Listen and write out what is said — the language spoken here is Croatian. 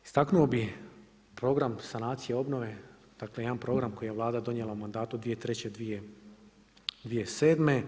Istaknuo bih program sanacije, obnove, dakle jedan program koji je Vlada donijela u mandatu 2003., 2007.